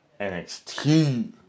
NXT